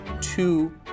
two